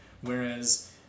Whereas